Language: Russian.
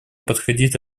подходить